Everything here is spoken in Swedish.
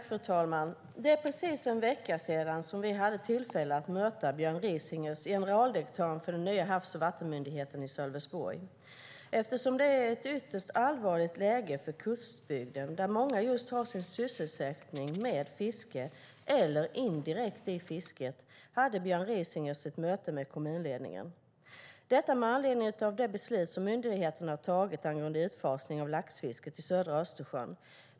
Fru talman! För precis en vecka sedan hade jag tillfälle att möta Björn Risinger, generaldirektören för den nya Havs och vattenmyndigheten, i Sölvesborg. Eftersom det är ett ytterst allvarligt läge för kustbygden där många har sin sysselsättning direkt eller indirekt i fisket hade Björn Risinger ett möte med kommunledningen. Bakgrunden var det beslut som myndigheten har tagit angående utfasning av laxfisket i södra Östersjön.